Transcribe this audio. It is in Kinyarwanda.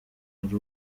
hari